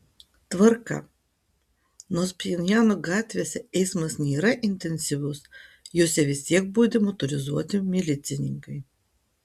tvarka nors pchenjano gatvėse eismas nėra intensyvus jose vis tiek budi motorizuoti milicininkai